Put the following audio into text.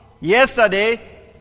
Yesterday